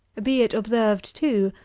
be it observed, too,